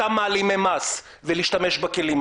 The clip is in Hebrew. הנחיות בריאות שניתנו לציבור ביחס כמעט לכל מקום ולכל מצב,